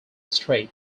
straight